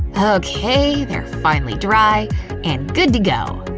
okay, they're finally dry and good to go.